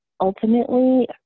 ultimately